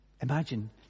Imagine